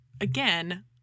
again